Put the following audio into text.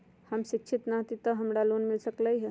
हम शिक्षित न हाति तयो हमरा लोन मिल सकलई ह?